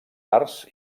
arts